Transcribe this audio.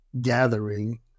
gathering